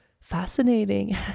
fascinating